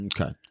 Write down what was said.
Okay